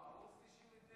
לא, בערוץ 99,